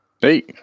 Hey